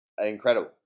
Incredible